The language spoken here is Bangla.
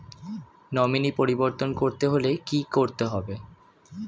নমিনি পরিবর্তন করতে হলে কী করতে হবে?